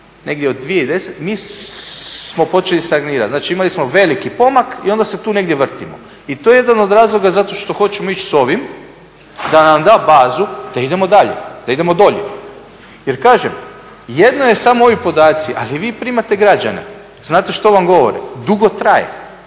negdje od 2010. mi smo počeli stagnirati. Znači, imali smo veliki pomak i onda se tu negdje vrtimo. I to je jedan od razloga zato što hoćemo ići sa ovim da nam da bazu da idemo dalje, da idemo dolje. Jer kažem, jedno je samo ovi podaci, ali vi primate građane, znate što vam govore. Dugo traje,